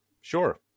sure